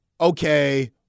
okay